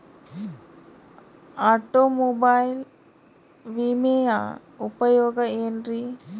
Automobile ವಿಮೆಯ ಉಪಯೋಗ ಏನ್ರೀ?